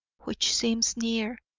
which seems near,